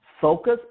Focus